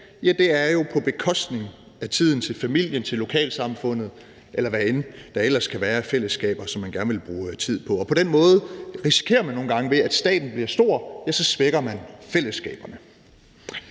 skat, er jo på bekostning af tiden til familien, til lokalsamfundet, eller hvad end der ellers kan være af fællesskaber, som man gerne vil bruge tid på, og på den måde risikerer man nogle gange, ved at staten bliver stor, at man svækker fællesskaberne.